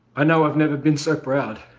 know i've never been so proudto